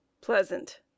Pleasant